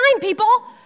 people